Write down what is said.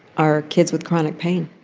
are kids with chronic pain